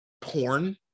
porn